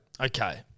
Okay